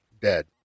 dead